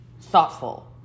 thoughtful